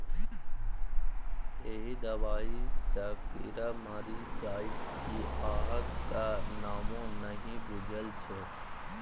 एहि दबाई सँ कीड़ा मरि जाइत कि अहाँक त नामो नहि बुझल छै